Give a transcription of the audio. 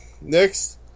next